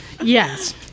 Yes